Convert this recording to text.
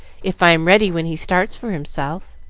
if i am ready when he starts for himself.